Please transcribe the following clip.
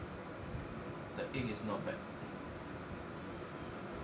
the egg is not bad